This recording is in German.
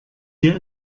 dir